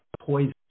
poison